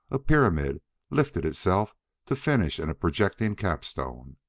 a pyramid lifted itself to finish in a projecting capstone.